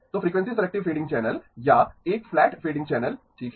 तो frequency selective fading channel या एक फ़्लैट फ़ेडिंग चैनल ठीक है